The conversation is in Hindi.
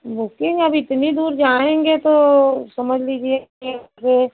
बुकिंग अभी इतनी दूर जाएँगे तो समझ लीजिए कि फिर